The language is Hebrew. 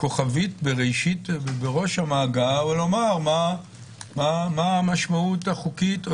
כוכבית בראש המאגר ולומר מה המשמעות החוקית,